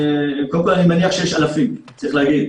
אני מניח שיש אלפי עצים, צריך להגיד.